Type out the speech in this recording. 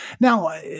Now